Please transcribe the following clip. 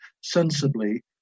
sensibly